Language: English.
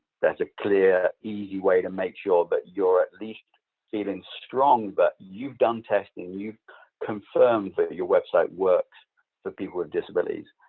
that's a clear, easy way to make sure that you're at least feeling strong that you've done testing, you've confirmed that your website works for people with disabilities.